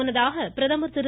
முன்னதாக பிரதமர் திரு